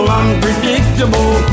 unpredictable